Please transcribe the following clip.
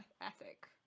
ethic